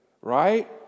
right